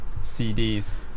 CDs